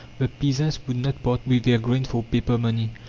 the peasants would not part with their grain for paper-money.